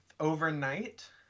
Overnight